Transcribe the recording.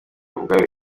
ubwayo